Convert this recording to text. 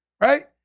right